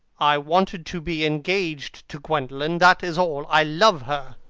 i wanted to be engaged to gwendolen, that is all. i love her.